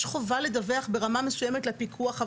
יש חובה לדווח ברמה מסוימת לפיקוח,